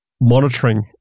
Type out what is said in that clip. monitoring